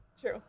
True